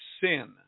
sin